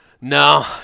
No